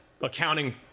accounting